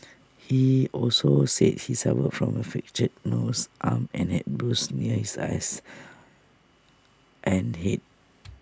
he also said he suffered from A fractured nose arm and had bruises near his eyes and Head